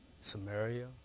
Samaria